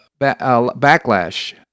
backlash